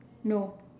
no